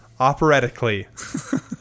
operatically